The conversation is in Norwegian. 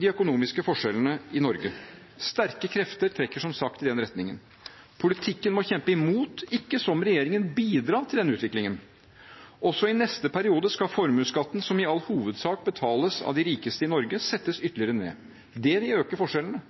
de økonomiske forskjellene i Norge, sterke krefter trekker som sagt i den retningen. Politikken må kjempe imot og ikke, som regjeringen, bidra til den utviklingen. Også i neste periode skal formuesskatten, som i all hovedsak betales av de rikeste i Norge, settes ytterligere ned. Det vil øke forskjellene.